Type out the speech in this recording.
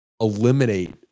eliminate